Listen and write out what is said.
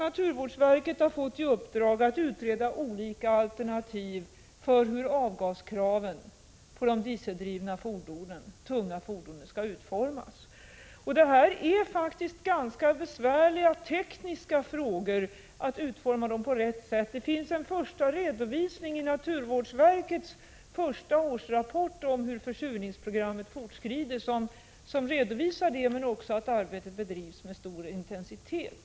Naturvårdsverket har fått i uppdrag att utreda olika alternativ till hur avgasreningskraven för de tunga, dieseldrivna fordonen skall utformas. Att utforma dem rätt innebär ställningstaganden i mycket besvärliga tekniska frågor. En första redovisning av detta lämnas i naturvårdsverkets årsrapport om hur försurningsprogrammet fortskridit, där man också slår fast att arbetet bedrivs med stor intensitet.